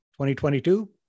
2022